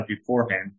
beforehand